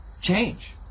Change